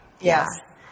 Yes